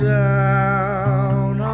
down